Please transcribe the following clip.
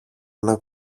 ένα